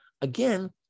Again